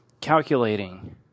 calculating